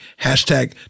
Hashtag